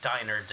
diner